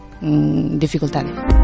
dificultades